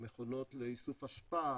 ומכונות לאיסוף אשפה